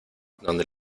donde